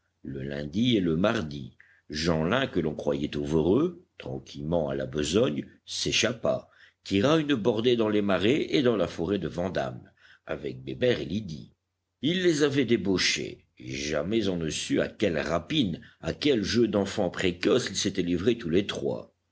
le lundi et le mardi jeanlin que l'on croyait au voreux tranquillement à la besogne s'échappa tira une bordée dans les marais et dans la forêt de vandame avec bébert et lydie il les avait débauchés jamais on ne sut à quelles rapines à quels jeux d'enfants précoces ils s'étaient livrés tous les trois